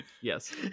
Yes